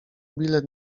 bilet